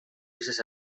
vistes